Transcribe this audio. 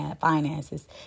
finances